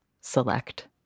select